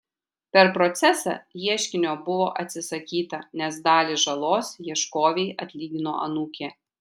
per procesą ieškinio buvo atsisakyta nes dalį žalos ieškovei atlygino anūkė